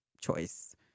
choice